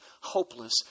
hopeless